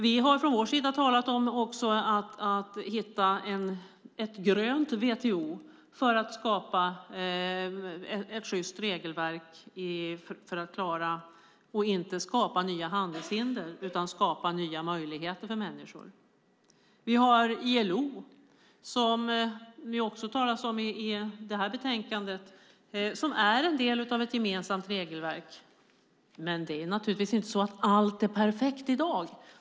Vi har från vår sida också talat om att hitta ett grönt WTO för att skapa ett sjyst regelverk för att klara detta och inte skapa nya handelshinder. Vi ska i stället skapa nya möjligheter för människor. Vi har ILO, som det också talas om i betänkandet. ILO är en del av ett gemensamt regelverk. Men allt är inte perfekt i dag.